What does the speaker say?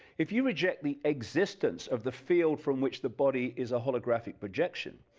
if you reject the existence of the field from which the body is a holographic projection